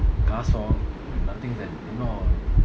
nothing is that